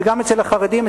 וגם אצל החרדים,